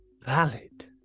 valid